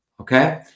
okay